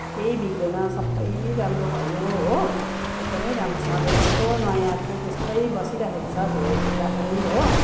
केही बिग्रेन सबै राम्रो भयो हो एकदमै राम्रोसँगले जस्तो नयाँ थियो त्यस्तै बसिराखेको छ धुँ धुँदा पनि हो